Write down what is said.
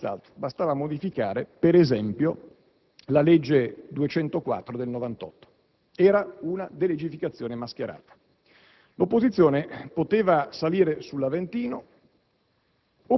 Senz'altro no; bastava modificare, per esempio, la legge n. 204 del 1998. Era una delegificazione mascherata. L'opposizione poteva salire sull'Aventino